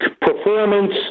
performance